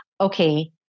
okay